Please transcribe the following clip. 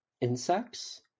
insects